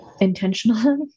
intentionally